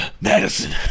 Madison